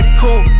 cool